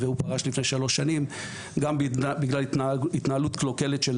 הוא פרש לפני שלוש שנים גם בגלל התנהלות קלוקלת של